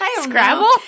Scrabble